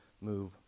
move